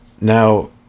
Now